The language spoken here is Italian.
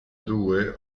due